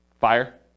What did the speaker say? Fire